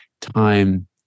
time